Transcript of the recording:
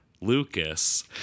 Lucas